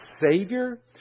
savior